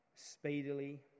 speedily